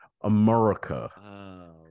America